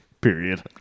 period